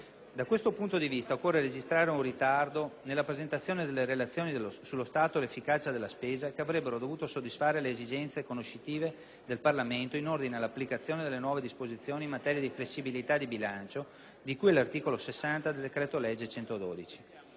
Da questo punto di vista, occorre registrare un ritardo nella presentazione delle Relazioni sullo stato e l'efficacia della spesa, che avrebbero dovuto soddisfare le esigenze conoscitive del Parlamento in ordine all'applicazione delle nuove disposizioni in materia di flessibilità di bilancio, di cui all'articolo 60 del decreto-legge n.